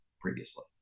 previously